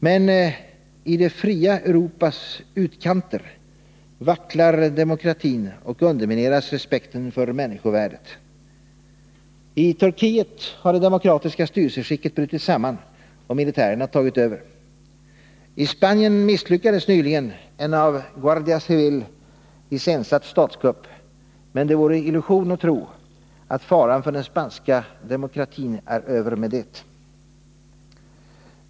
Men i det fria Europas utkanter vacklar demokratin och undermineras respekten för människovärdet. I Turkiet har det demokratiska styrelseskicket brutit samman och militärerna tagit över. I Spanien misslyckades nyligen en av Guardia Civil iscensatt statskupp, men det vore en illusion att tro att faran för den spanska demokratin är över med det.